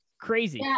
Crazy